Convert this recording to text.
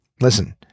listen